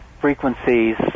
frequencies